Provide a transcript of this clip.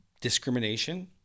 discrimination